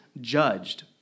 judged